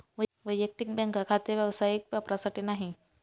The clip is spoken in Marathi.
वैयक्तिक बँक खाते व्यावसायिक वापरासाठी नाही